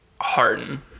Harden